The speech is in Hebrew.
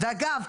ואגב,